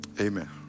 amen